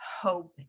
hope